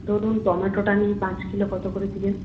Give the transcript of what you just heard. ধরুন টম্যাটোটা নিই পাঁচ কিলো কত করে দেবেন